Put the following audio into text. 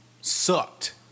sucked